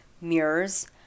mirrors